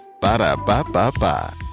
Ba-da-ba-ba-ba